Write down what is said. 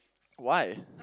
why